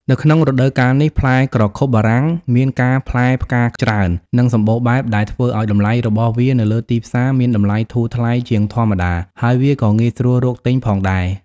នៅក្នុងរដូវកាលនេះ ផ្លែក្រខុបបារាំងមានការផ្លែផ្កាច្រើន និងសម្បូរបែប ដែលធ្វើឱ្យតម្លៃរបស់វានៅលើទីផ្សារមានតម្លៃធូរថ្លៃជាងធម្មតា ហើយវាក៏ងាយស្រួលរកទិញផងដែរ។